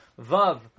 Vav